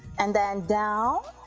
and then down,